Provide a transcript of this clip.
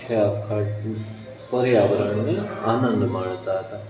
આખેઆખા પર્યાવરણનો આનંદ માણતા હતા